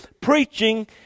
preaching